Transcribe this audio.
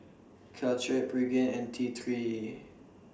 Caltrate Pregain and T three